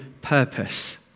purpose